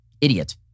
idiot